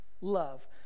love